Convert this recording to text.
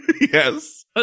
Yes